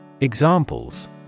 Examples